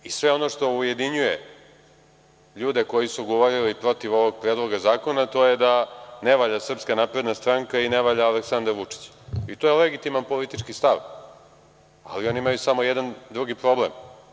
I sve ono što ujedinjuje ljude koji su govorili protiv ovog predloga zakona, to je da ne valja SNS i ne valja Aleksandar Vučić i to je legitiman politički stav, ali oni imaju samo jedan drugi problem.